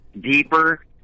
deeper